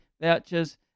vouchers